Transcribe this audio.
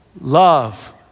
love